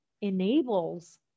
enables